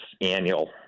annual